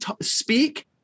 speak